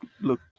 look